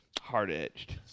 hard-edged